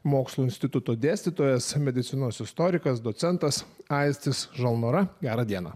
mokslo instituto dėstytojas medicinos istorikas docentas aistis žalnora gera diena